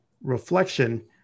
reflection